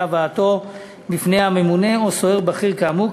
הבאתו בפני הממונה או סוהר בכיר כאמור,